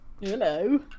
Hello